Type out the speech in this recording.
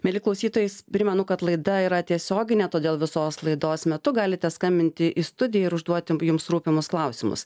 mieli klausytojai primenu kad laida yra tiesioginė todėl visos laidos metu galite skambinti į studiją ir užduoti jums rūpimus klausimus